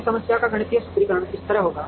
तो इस समस्या का गणितीय सूत्रीकरण इस तरह होगा